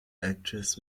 actress